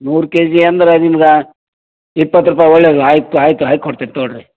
ನೂರು ಕೆಜಿ ಅಂದ್ರೆ ನಿಮ್ಗೆ ಇಪ್ಪತ್ತು ರೂಪಾಯಿ ಒಳ್ಳೆಯದು ಆಯಿತು ಆಯಿತು ಹಾಕ್ಕೊಡ್ತೀನ್ ತಗೊಳ್ಳಿರಿ